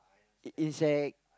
in insect